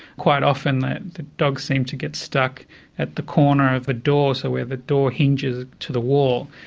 quite often the the dog seemed to get stuck at the corner of a door so where the door hinges to the wall,